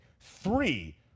Three